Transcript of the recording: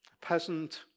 peasant